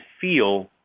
feel